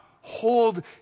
hold